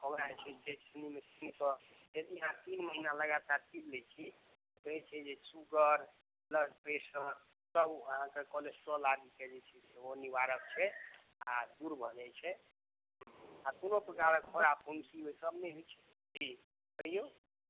आ ओकरा जे छै से तीन महिना पीब कऽ ओकरा जे छै से अगर अहाँ तीन महिना लगातार पी लै छी कहै छै जे शुगर ब्लडप्रेशर सभ ओ अहाँके कोलेस्ट्रॉल आदिके जे छै से ओ निवारक छै आ दुर भऽ जाइ छै आ कोनो प्रकारक ओहिमे नुकसान नहि होइ छै कहियो